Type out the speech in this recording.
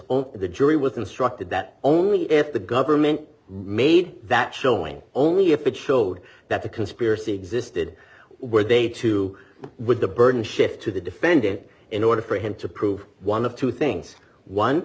own the jury was instructed that only if the government made that showing only if it showed that the conspiracy existed where they too would the burden shifts to the defendant in order for him to prove one of two things one